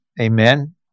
amen